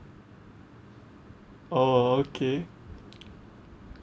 oh okay